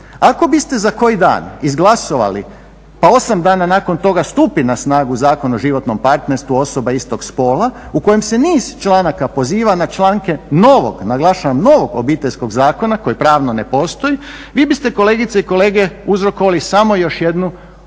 Ako biste za koji dan izglasovali pa osam dana nakon toga stupi na snagu Zakon o životnom partnerstvu osoba istog spola u kojem se niz članaka poziva na članke novog, naglašavam novog Obiteljskog zakona koji pravno ne postoji vi biste kolegice i kolege uzrokovali samo još jednu veliku